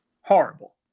horrible